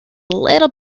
little